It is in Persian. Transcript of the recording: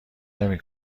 نمی